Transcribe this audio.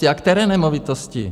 A které nemovitosti?